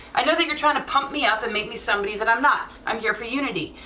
i know that you're trying to pump me up, and make me somebody that i'm not. i'm here for unity,